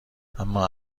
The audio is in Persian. اما